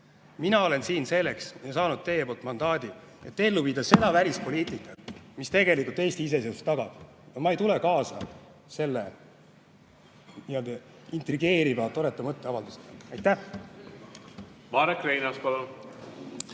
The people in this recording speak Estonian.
Mina olen siin selleks ja saanud teilt mandaadi, et ellu viia välispoliitikat, mis tegelikult Eesti iseseisvust tagab. Ma ei tule kaasa selle intrigeeriva mõtteavaldusega.